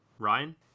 Ryan